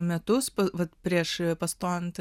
metus vat prieš pastojant